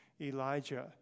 Elijah